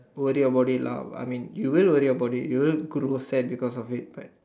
worry about it lah I mean you will worry about it you will grow sad because of it but